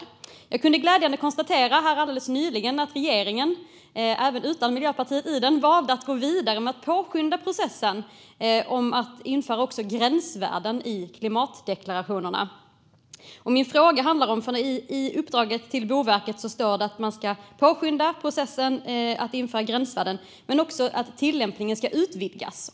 Nyligen kunde jag glädjande nog konstatera att regeringen, även utan Miljöpartiet, valt att gå vidare med att påskynda processen för att införa också gränsvärden i klimatdeklarationerna. Min fråga handlar om att det i uppdraget till Boverket står att processen för att införa gränsvärden ska påskyndas men också att tillämpningen ska utvidgas.